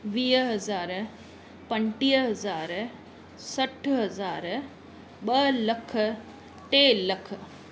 वीह हज़ार पंटीह हज़ार सठि हज़ार ॿ लख टे लख